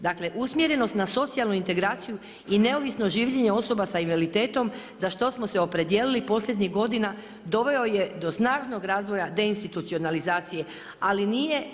Dakle, usmjerenost na socijalnu integraciju i neovisno življenje osoba sa invaliditetom za što smo se opredijelili posljednjih godina doveo je do snažnog razvoja deinstitucionalizacije ali nije.